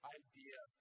idea